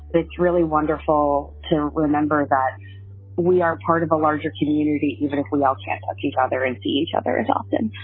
it's really wonderful to remember that we are part of a larger community, even if we all cancel each other and see each other as often.